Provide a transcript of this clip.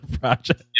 project